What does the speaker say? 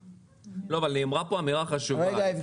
לא, אבל נאמרה פה אמירה חשובה.